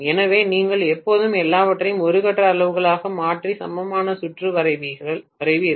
எனவே நீங்கள் எப்போதும் எல்லாவற்றையும் ஒரு கட்ட அளவுகளாக மாற்றி சமமான சுற்று வரைவீர்கள்